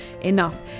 enough